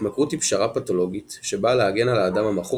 התמכרות היא פשרה פתולוגית שבאה להגן על האדם המכור